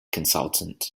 consultant